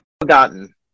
forgotten